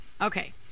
Okay